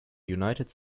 united